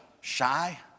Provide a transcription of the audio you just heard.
shy